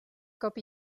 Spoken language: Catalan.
colp